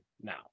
now